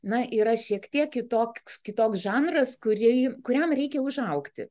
na yra šiek tiek kitoks kitoks žanras kūrėjui kuriam reikia užaugti